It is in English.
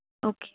okay